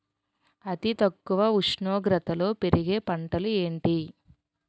అతి తక్కువ ఉష్ణోగ్రతలో పెరిగే పంటలు ఏంటి?